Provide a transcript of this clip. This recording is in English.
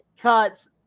cuts